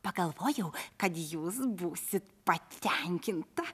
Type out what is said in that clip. pagalvojau kad jūs būsit patenkinta